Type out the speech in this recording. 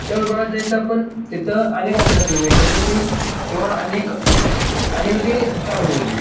त्या विभागात जायचं आपण तिथं अनेक ऑप्शन असेल मग इंटरफेस येईल किंवा अनेक अनेकदा ते चालू होईल